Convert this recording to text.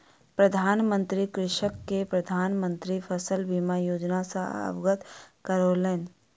प्रधान मंत्री कृषक के प्रधान मंत्री फसल बीमा योजना सॅ अवगत करौलैन